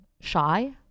shy